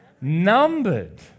numbered